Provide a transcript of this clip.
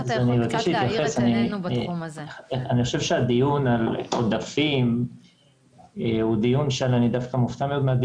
אני חושב שהדיון על עודפים הוא דיון שאני דווקא מופתע ממנו,